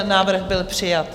Návrh byl přijat.